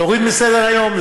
להוריד מסדר-היום?